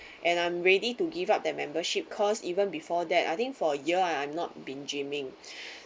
and I'm ready to give up their membership because even before that I think for year I I'm not been gyming